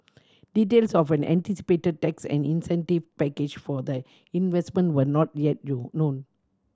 details of an anticipated tax and incentive package for the investment were not yet known